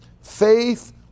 Faith